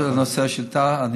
נושא השאילתה.